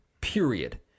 Period